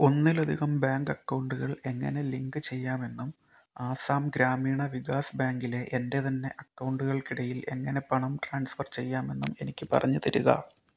ഒന്നിലധികം ബാങ്ക് അക്കൗണ്ടുകൾ എങ്ങനെ ലിങ്കു ചെയ്യാമെന്നും ആസാം ഗ്രാമീണ വികാസ് ബാങ്കിലെ എൻ്റെ തന്നെ അക്കൗണ്ടുകൾക്കിടയിൽ എങ്ങനെ പണം ട്രാൻസ്ഫർ ചെയ്യാമെന്നും എനിക്ക് പറഞ്ഞുതരിക